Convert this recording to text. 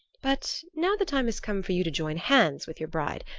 but now the time has come for you to join hands with your bride.